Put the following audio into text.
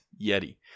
Yeti